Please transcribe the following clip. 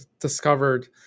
discovered